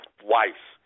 twice